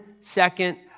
second